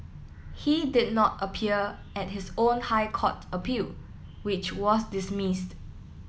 he did not appear at his own High Court appeal which was dismissed